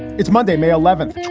it's monday, may eleventh,